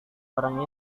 barang